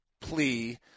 plea